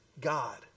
God